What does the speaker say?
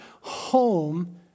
home